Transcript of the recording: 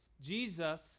Jesus